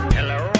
Hello